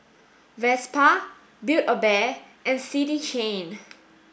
Vespa Build a Bear and City Chain